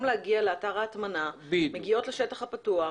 להגיע לאתר ההטמנה מגיעות לשטח הפתוח